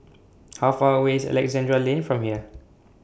How Far away IS Alexandra Lane from here